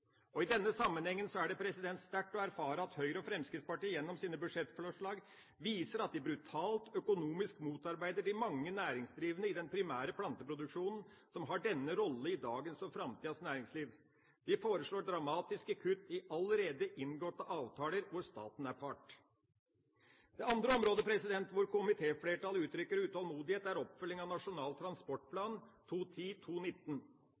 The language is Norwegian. perspektiver. I denne sammenhengen er det sterkt å erfare at Høyre og Fremskrittspartiet gjennom sine budsjettforslag viser at de brutalt økonomisk motarbeider de mange næringsdrivende i den primære planteproduksjonen som har denne rolle i dagens og framtidas næringsliv. De foreslår dramatiske kutt i allerede inngåtte avtaler hvor staten er part. Det andre området hvor komitéflertallet uttrykker utålmodighet, er oppfølging av Nasjonal